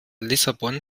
lissabon